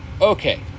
Okay